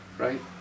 right